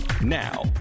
Now